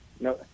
No